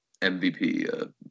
MVP